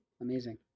Amazing